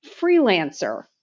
freelancer